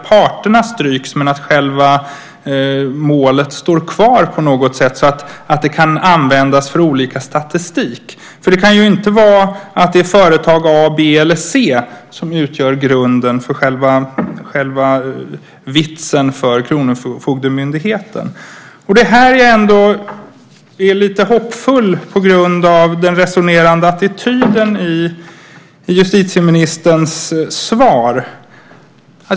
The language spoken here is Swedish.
Parterna kan strykas, men själva målet kan stå kvar på sådant sätt att det kan användas i olika statistik. Det kan inte vara företag A, B eller C som utgör grunden för kronofogdemyndighetens statistik. Jag är lite hoppfull på grund av den resonerande attityden i justitieministerns svar.